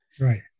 Right